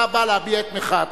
אתה בא להביע את מחאתך,